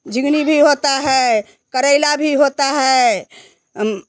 जितनी भी होता है करेला भी होता है